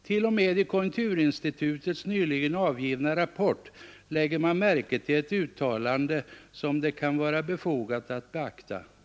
Till och med i konjunkturinstitutets nyligen avgivna rapport lägger man märke till ett uttalande som det kan vara befogat att beakta.